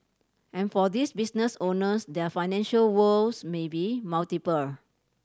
and for these business owners their financial woes may be multiple